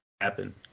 happen